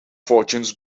fortunes